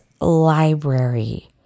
library